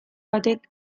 batek